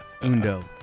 Undo